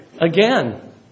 again